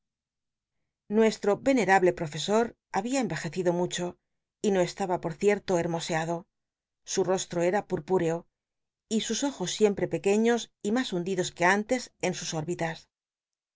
nuestro venerable profesor babia envejecido mu cbo y no estaba por cierto hermoseado su ostro era pupúr co y sus ojos siempre pequeños y mas hundidos que antes en sus órbitas